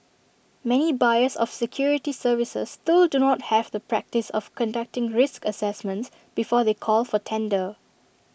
many buyers of security services still do not have the practice of conducting risk assessments before they call for tender